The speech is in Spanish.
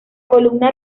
columna